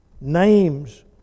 names